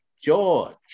George